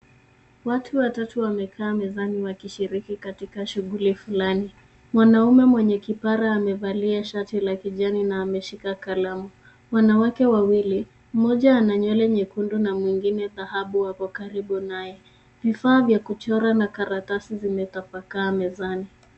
Watu watatu wameketi mezani wakishiriki katika shughuli fulani. Mwanaume mwenye kipara amevalia shati la kijani, na ameshika kalamu. Wanawake wawili, mmoja ana nywele nyekundu na mwingine dhahabu wako karibu naye. Vifaa vya kuchora na karatasi vimetapakaa mezani.